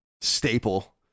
staple